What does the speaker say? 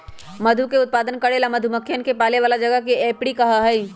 मधु के उत्पादन करे ला मधुमक्खियन के पाले वाला जगह के एपियरी कहा हई